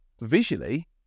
visually